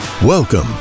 Welcome